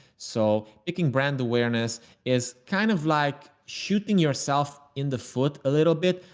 so it can brand awareness is kind of like shooting yourself in the foot a little bit.